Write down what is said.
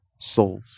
souls